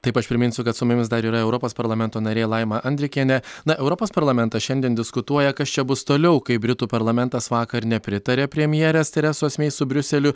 taip aš priminsiu kad su mumis dar yra europos parlamento narė laima andrikienė na europos parlamentas šiandien diskutuoja kas čia bus toliau kai britų parlamentas vakar nepritarė premjerės teresos mei su briuseliu